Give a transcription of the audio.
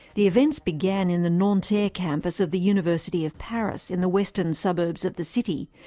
the events began in the nanterre campus of the university of paris in the western suburbs of the city,